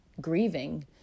grieving